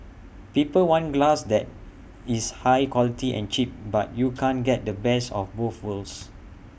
people want glass that is high quality and cheap but you can't get the best of both worlds